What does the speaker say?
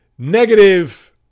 negative